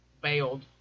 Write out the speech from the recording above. bailed